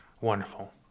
Wonderful